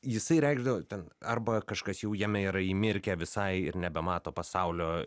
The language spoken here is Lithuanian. jisai reikšdavo ten arba kažkas jau jame yra įmirkę visai ir nebemato pasaulio